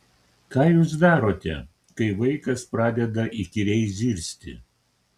ką jūs darote kai vaikas pradeda įkyriai zirzti